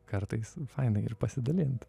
kartais fainai ir pasidalint